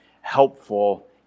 helpful